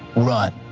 run.